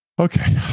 okay